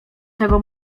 tego